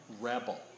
rebel